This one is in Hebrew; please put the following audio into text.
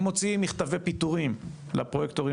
הם מוציאים מכתבי פיטורים לפרויקטורים